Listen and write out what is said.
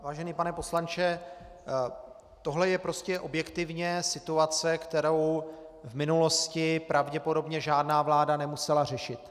Vážený pane poslanče, tohle je prostě objektivně situace, kterou v minulosti pravděpodobně žádná vláda nemusela řešit.